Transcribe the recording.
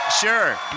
sure